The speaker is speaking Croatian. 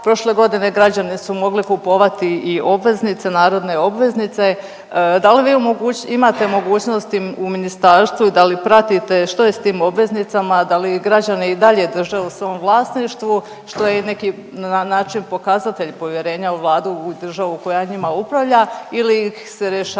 Prošle godine građani su mogli kupovati i obveznice, narodne obveznice. Da li vi imate mogućnosti u ministarstvu i da li pratite što je s tim obveznicama, da li ih građani i dalje drže u svom vlasništvu što je i neki na… način pokazatelj povjerenja u Vladu u državu koja njima upravlja ili ih se rješavaju